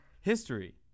history